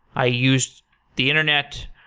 i used the internet.